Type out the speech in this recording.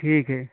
ठीक है